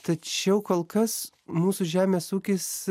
tačiau kol kas mūsų žemės ūkis